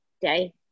day